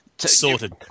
Sorted